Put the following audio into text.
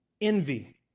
envy